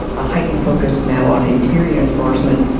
a heightened focus now on interior enforcement.